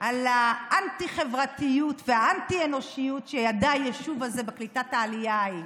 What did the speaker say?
על האנטי-חברתיות והאנטי-אנושיות שידע היישוב הזה בקליטת העלייה ההיא.